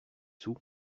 sous